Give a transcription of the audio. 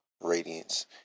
radiance